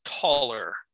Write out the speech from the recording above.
taller